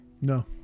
No